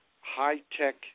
high-tech